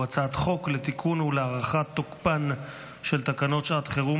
והוא הצעת חוק לתיקון ולהארכת תוקפן של תקנות שעת חירום